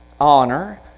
honor